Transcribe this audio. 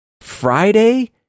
Friday